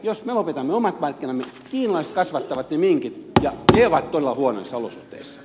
jos me lopetamme omat markkinamme kiinalaiset kasvattavat ne minkit ja ne ovat todella huonoissa olosuhteissa